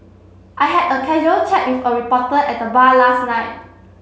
I had a casual chat with a reporter at the bar last night